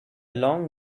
long